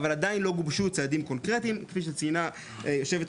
אבל עדיין לא גובשו צעדים קונקרטיים וכפי שציינה היו"ר